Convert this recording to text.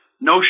no